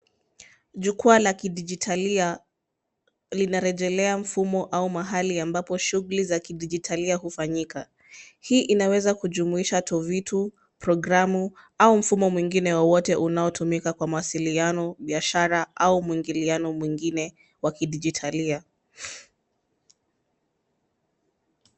Jukwaa la kidijitalia linarejelea mfumo au mahali ambapo shughuli za kidijitalia hufanyika. Hii inaweza kujumuisha tovuti, programu au mfumo mwingine wowote unaotumika kwa mawasiliano, biashara au mwingiliano mwingine wa kidijitalia.